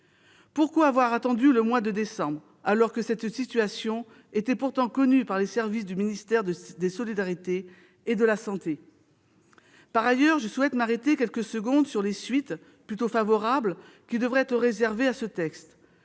Pourquoi avoir attendu le mois de décembre, alors que cette situation était pourtant connue des services du ministère des solidarités et de la santé ? Je souhaite m'arrêter quelques secondes sur les suites, plutôt favorables, qui devraient être réservées à ce texte.